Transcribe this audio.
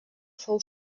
fou